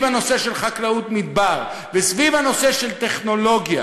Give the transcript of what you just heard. הנושא של חקלאות מדבר וסביב הנושא של טכנולוגיה.